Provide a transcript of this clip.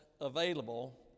available